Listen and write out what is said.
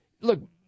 look